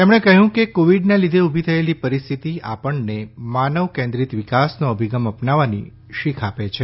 તેમણે કહ્યું કે કોવિડનાં લીઘે ઉભી થયેલી પરિસ્થિતી આપણને માનવકેન્દ્રીત વિકાસનો અભિગમ આપનાવવાની શીખ આપે છે